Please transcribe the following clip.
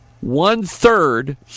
one-third